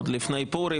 עוד לפני פורים.